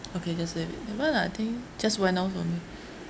okay just leave it never mind lah I think just went off only